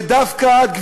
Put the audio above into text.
ודווקא את,